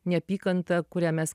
neapykanta kurią mes